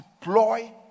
deploy